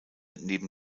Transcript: neben